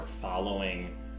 following